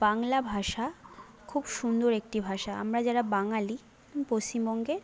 বাংলা ভাষা খুব সুন্দর একটি ভাষা আমরা যারা বাঙালি পশ্চিমবঙ্গে